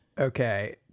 Okay